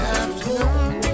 afternoon